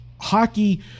hockey